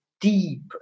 deep